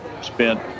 spent